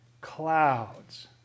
clouds